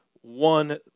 one